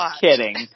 kidding